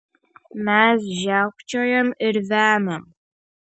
mes žiaukčiojam ir vemiam